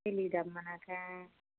తెలియదు అమ్మా కా